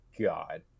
god